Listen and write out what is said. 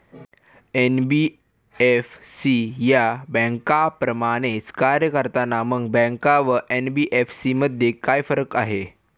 NBFC या बँकांप्रमाणेच कार्य करतात, मग बँका व एन.बी.एफ.सी मध्ये काय फरक आहे?